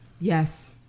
Yes